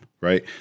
right